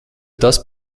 tas